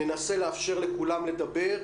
ננסה לאפשר לכולם לדבר,